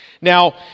Now